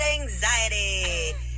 anxiety